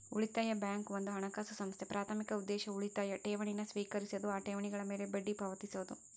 ಉಳಿತಾಯ ಬ್ಯಾಂಕ್ ಒಂದ ಹಣಕಾಸು ಸಂಸ್ಥೆ ಪ್ರಾಥಮಿಕ ಉದ್ದೇಶ ಉಳಿತಾಯ ಠೇವಣಿನ ಸ್ವೇಕರಿಸೋದು ಆ ಠೇವಣಿಗಳ ಮ್ಯಾಲೆ ಬಡ್ಡಿ ಪಾವತಿಸೋದು